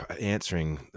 answering